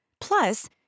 Plus